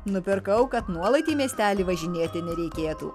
nupirkau kad nuolat į miestelį važinėti nereikėtų